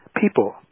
people